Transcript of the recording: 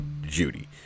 Judy